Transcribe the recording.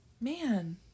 Man